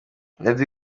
lady